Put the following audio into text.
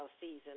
season